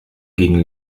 gegen